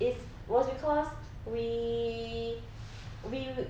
it's was cause we we